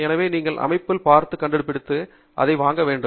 எனவே நீங்கள் உண்மையில் அதை பார்த்து கண்டுபிடித்து அதை வாங்க வேண்டும்